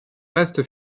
restes